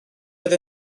oedd